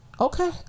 okay